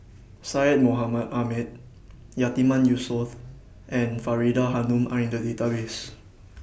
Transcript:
Syed Mohamed Ahmed Yatiman Yusof and Faridah Hanum Are in The Database